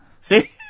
See